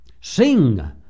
Sing